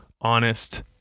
honest